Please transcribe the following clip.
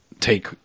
take